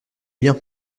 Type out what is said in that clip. bien